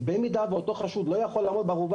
במידה שאותו חשוד לא יכול לעמוד בערובה